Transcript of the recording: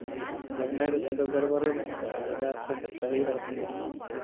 जब नहि देतै तऽ गड़बड़े ने हेतै जब दए देतै तऽ सही रहतै